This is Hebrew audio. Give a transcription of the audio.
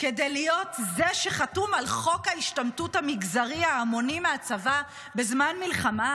כדי להיות זה שחתום על חוק ההשתמטות המגזרי ההמוני מהצבא בזמן מלחמה?